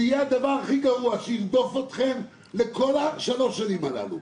זה יהיה הדבר הכי גרוע שירדוף אתכם לאורך כל שלוש השנים הללו.